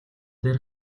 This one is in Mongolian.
дээр